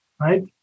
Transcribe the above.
right